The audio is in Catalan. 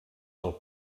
del